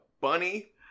bunny